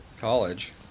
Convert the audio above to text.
College